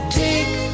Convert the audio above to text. take